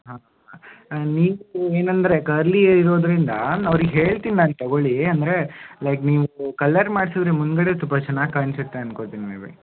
ಹಾಂ ನೀವು ಏನಂದರೆ ಕರ್ಲಿ ಏರ್ ಇರೋದರಿಂದ ನಾ ಅವ್ರಿಗೆ ಹೇಳ್ತೀನಿ ನಾನು ತಗೊಳಿ ಅಂದರೆ ಲೈಕ್ ನೀವು ಕಲ್ಲರ್ ಮಾಡ್ಸದರೆ ಮುಂದ್ಗಡೆ ಸ್ಚಲ್ಪ ಚೆನ್ನಾಗಿ ಕಾಣ್ಸುತ್ತೆ ಅನ್ಕೊತೀನಿ ಮೇ ಬಿ